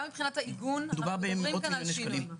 גם מבחינת העיגון, מדברים כאן על שינוי.